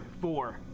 four